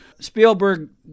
Spielberg